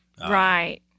Right